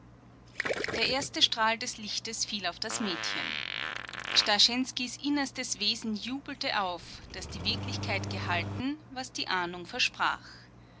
der erste strahl des lichtes fiel auf das mädchen starschenskys innerstes wesen jubelte auf daß die wirklichkeit gehalten was die ahnung versprach